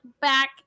back